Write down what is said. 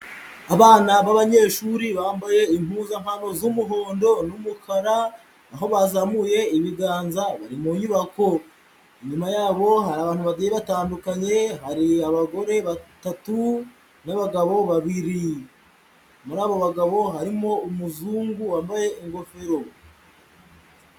Abana b'abanyeshuri bambaye impuzankano z'umuhondo n'umukara, aho bazamuye ibiganza bari mu nyubako, inyuma yabo abantu babiri batandukanye, hari abagore batatu n'abagabo babiri, muri abo bagabo harimo umuzungu wambaye ingofero.